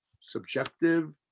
subjective